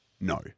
no